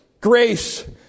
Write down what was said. Grace